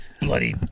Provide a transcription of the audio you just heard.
bloody